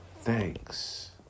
thanks